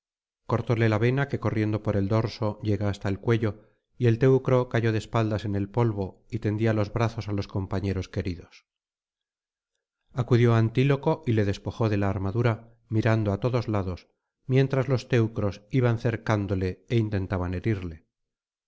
cortóle la vena que corriendo por el dorso llega hasta el cuello y el teucro cayó de espaldas en el polvo y tendíalos brazos á los compañeros queridos acudió antíloco y le despojó de la armadura mirando á todos lados mientras los teucros iban cercándole é intentaban herirle